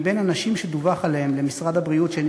מבין הנשים שדווח עליהן למשרד הבריאות שהן